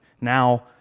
Now